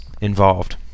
involved